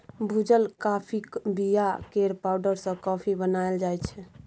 भुजल काँफीक बीया केर पाउडर सँ कॉफी बनाएल जाइ छै